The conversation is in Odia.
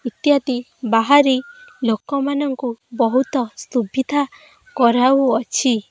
ଇତ୍ୟାଦି ବାହାରି ଲୋକମାନଙ୍କୁ ବହୁତ ସୁବିଧା କରାଉଅଛି